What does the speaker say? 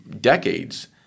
decades